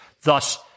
thus